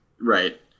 Right